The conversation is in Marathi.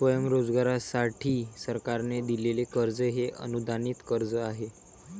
स्वयंरोजगारासाठी सरकारने दिलेले कर्ज हे अनुदानित कर्ज आहे